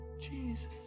Jesus